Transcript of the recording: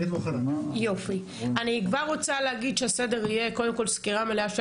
אני כבר רוצה להגיד שהסדר יהיה קודם כל סקירה מלאה של